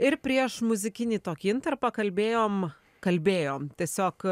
ir prieš muzikinį tokį intarpą kalbėjom kalbėjom tiesiog